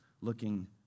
looking